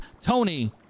tony